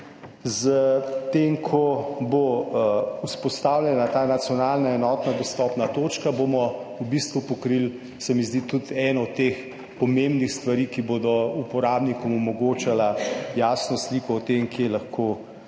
s tem, ko bo vzpostavljena ta nacionalna enotna dostopna točka, bomo v bistvu pokrili, se mi zdi, tudi eno od teh pomembnih stvari, ki bo uporabnikom omogočala jasno sliko o tem, kje lahko svoja